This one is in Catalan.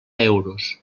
euros